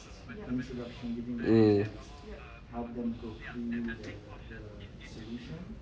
mm